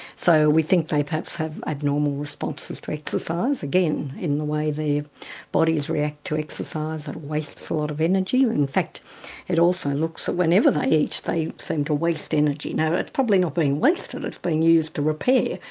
so we think they perhaps have abnormal responses to exercise, again in the way their bodies react to exercise and waste a lot of energy. and in fact it also looks whenever they eat they seem to waste energy. now that's probably not being wasted, it's being used to repair,